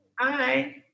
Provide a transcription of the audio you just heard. Hi